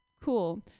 Cool